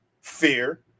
fear